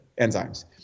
enzymes